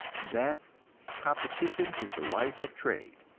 that competition is the life of trade.